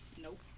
Nope